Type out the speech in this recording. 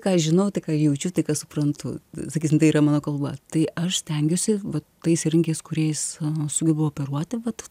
ką aš žinau tai ką jaučiu tai ką suprantu sakysim tai yra mano kalba tai aš stengiuosi vat tais įrankiais kuriais sugebu operuoti vat